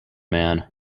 man